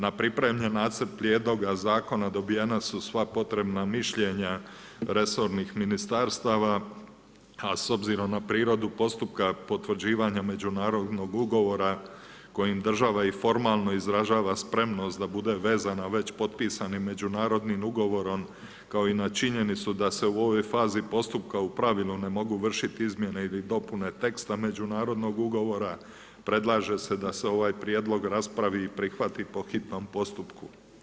Na pripremljen nacrt prijedloga zakona dobijena su sva potrebna mišljenja resornih ministarstava, a s obzirom na prirodu postupka potvrđivanja međunarodnog ugovora kojim država i formalno izražava spremnost da bude vezana već potpisanim međunarodnim ugovorom kao i na činjenicu da se u ovoj fazi postupka u pravilu ne mogu vršiti izmjene ili dopune teksta međunarodnog ugovora predlaže se da se ovaj prijedlog raspravi i prihvati po hitnom postupku.